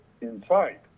inside